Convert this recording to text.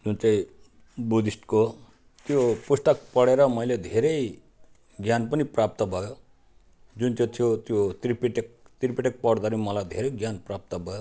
जुन चाहिँ बुधिस्टको त्यो पुस्तक पढेर मैले धेरै ज्ञान पनि प्राप्त भयो जुन चाहिँ थियो त्यो त्रिपिटक त्रिपिटक पढ्दाखेरि मलाई धेरै ज्ञान प्राप्त भयो